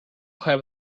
have